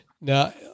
now